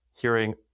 hearing